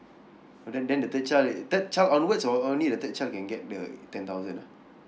oh then then the third child is third child onwards or only the third child can get the ten thousand ah